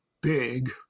big